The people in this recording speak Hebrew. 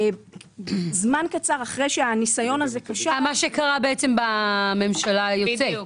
מה שבעצם קרה בממשלה היוצאת,